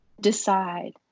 decide